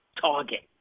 target